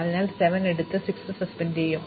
അതിനാൽ ഞങ്ങൾ 7 എടുത്ത് 6 സസ്പെൻഡ് ചെയ്യും